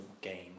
gain